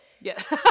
Yes